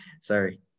sorry